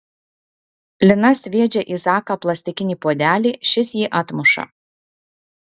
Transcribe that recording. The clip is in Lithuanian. lina sviedžia į zaką plastikinį puodelį šis jį atmuša